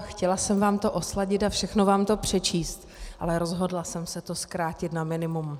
Chtěla jsem vám to osladit a všechno vám to přečíst, ale rozhodla jsem se to zkrátit na minimum.